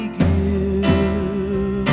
give